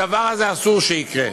הדבר הזה, אסור שיקרה.